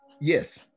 Yes